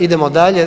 Idemo dalje.